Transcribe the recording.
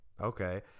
okay